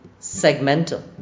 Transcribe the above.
Segmental